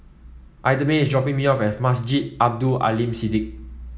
Idamae is dropping me off at Masjid Abdul Aleem Siddique